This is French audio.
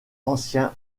anciens